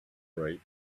right